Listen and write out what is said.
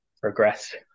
progress